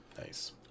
nice